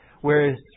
Whereas